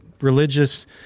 religious